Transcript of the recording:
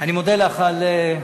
אני מודה לך על,